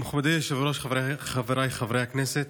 מכובדי היושב-ראש, חבריי חברי הכנסת,